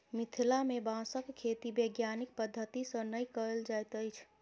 मिथिला मे बाँसक खेती वैज्ञानिक पद्धति सॅ नै कयल जाइत अछि